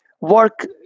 work